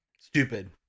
Stupid